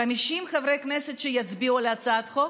50 חברי כנסת שיצביעו על הצעת החוק,